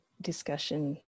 discussion